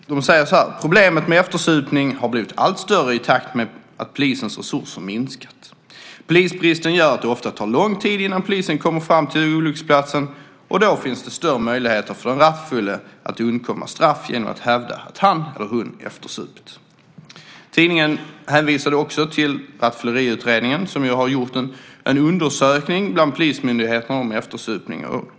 "Problemet med eftersupning har blivit allt större i takt med att polisens resurser minskat. Polisbristen gör att det ofta tar lång tid innan polisen kommer fram till olycksplatsen och då finns det också större möjligheter för den rattfulle att undkomma straff genom att hävda att han eller hon eftersupit." Tidningen hänvisade också till rattfylleriutredningen som ju har gjort en undersökning bland polismyndigheterna om eftersupning.